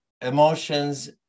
emotions